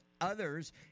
Others